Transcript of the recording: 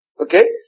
Okay